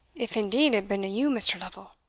if, indeed, it binna you, mr. lovel.